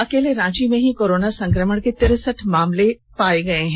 अकेले रांची में ही कोरोना संकमण के तिरेसठ मामले पाये गये हैं